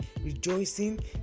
rejoicing